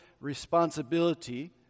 responsibility